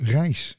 reis